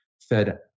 fed